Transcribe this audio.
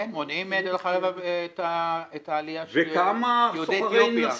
כן, מונעים את העלייה של יהודי אתיופיה.